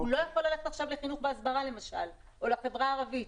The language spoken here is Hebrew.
הוא לא יכול ללכת עכשיו לחינוך והסברה למשל או לחברה הערבית.